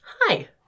hi